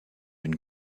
une